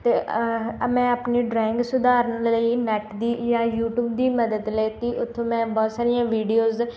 ਅਤੇ ਅ ਮੈਂ ਆਪਣੀ ਡਰਾਇੰਗ ਸੁਧਾਰਨ ਲਈ ਨੈਟ ਦੀ ਜਾਂ ਯੂਟੀਊਬ ਦੀ ਮਦਦ ਲਈ ਸੀ ਉੱਥੋਂ ਮੈਂ ਬਹੁਤ ਸਾਰੀਆਂ ਵੀਡੀਓਜ਼